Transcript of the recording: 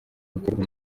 ukuvuga